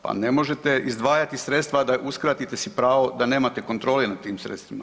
Pa ne možete izdvajati sredstva, a da uskratite si pravo da nemate kontrole nad tim sredstvima.